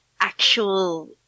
actual